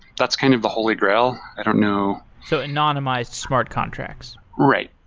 that's kind of the holy grail. i don't know so anonymized smart contracts. right.